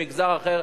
מגזר אחר.